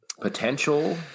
potential